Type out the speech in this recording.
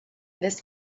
this